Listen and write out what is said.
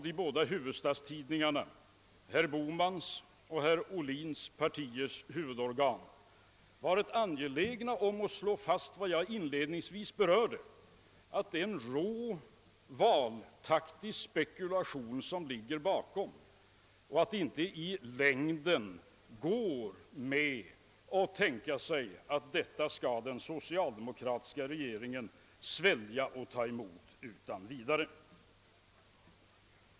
De båda huvudstadstidningarna, herr Bohmans och herr Ohlins partiers huvudorgan, har varit angelägna om att slå fast vad jag inledningsvis berörde, nämligen att det är en rå valtaktisk spekulation som ligger bakom och att det inte i längden går att tänka sig att den socialdemokratiska regeringen «skall svälja detta utan vidare.